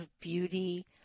beauty